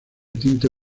tinte